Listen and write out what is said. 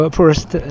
first